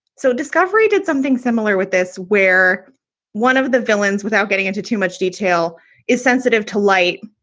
so discovery did something similar with this where one of the villains without getting into too much detail is sensitive to light.